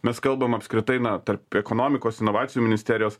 mes kalbam apskritai na tarp ekonomikos inovacijų ministerijos